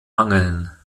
angeln